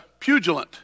pugilant